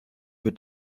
wird